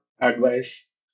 advice